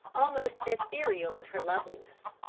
almost ethereal in her loveliness.